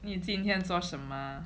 你今天做什么